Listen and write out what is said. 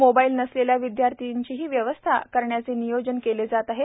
mobile नसलेल्या विद्यार्थ्यांचीही व्यवस्था करण्याचे नियोजन केले जात आहे